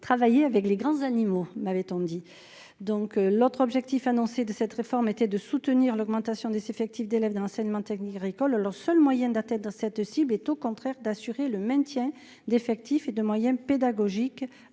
travailler avec les grands animaux n'avait tant dis donc l'autre objectif annoncé de cette réforme était de soutenir l'augmentation des effectifs d'élèves de l'enseignement technique agricole, leur seul moyen d'Athènes dans cette cible est au contraire d'assurer le maintien d'effectifs et de moyens pédagogiques